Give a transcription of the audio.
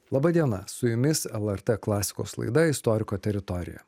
laba diena su jumis lrt klasikos laida istoriko teritorija